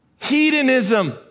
hedonism